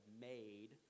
made